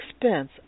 expense